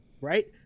Right